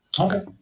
Okay